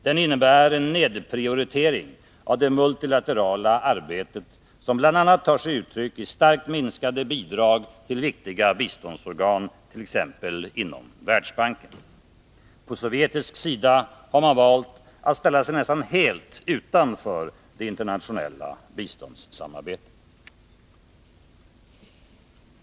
Den innebär en nedprioritering av det multilaterala arbetet, som bl.a. tar sig uttryck i starkt minskade bidrag till viktiga biståndsorgan, t.ex. inom Världsbanken. Från sovjetisk sida har man valt att ställa sig nästan helt utanför det internationella biståndssamarbetet.